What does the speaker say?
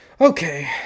Okay